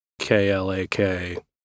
K-L-A-K